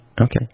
Okay